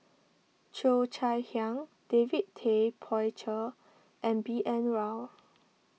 Cheo Chai Hiang David Tay Poey Cher and B N Rao